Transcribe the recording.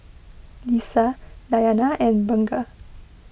Lisa Dayana and Bunga